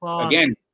again